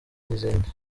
n’izindi